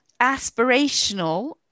aspirational